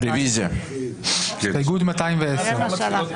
ארבעה בעד,